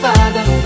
Father